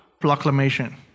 proclamation